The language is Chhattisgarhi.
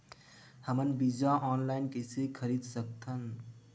हमन बीजा ऑनलाइन कइसे खरीद सकथन?